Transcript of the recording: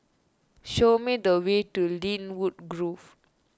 show me the way to Lynwood Grove